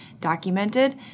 documented